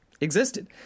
existed